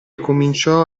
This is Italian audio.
cominciò